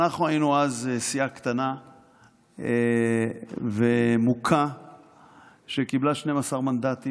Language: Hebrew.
אנחנו היינו אז סיעה קטנה ומוכה שקיבלה 12 מנדטים.